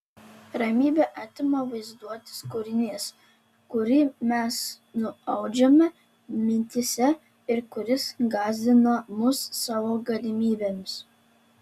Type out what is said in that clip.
ramybę atima vaizduotės kūrinys kurį mes nuaudžiame mintyse ir kuris gąsdina mus savo galimybėmis